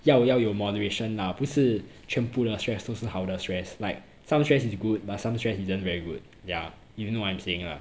要要有 moderation lah 不是全部的 stress 都是好的 stress like some stress is good but some stress isn't very good yeah you know what I'm saying lah